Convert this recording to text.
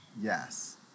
Yes